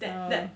err